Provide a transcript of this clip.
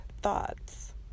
Thoughts